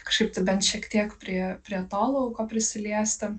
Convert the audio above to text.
kažkaip tai bent šiek tiek prie prie to lauko prisiliesti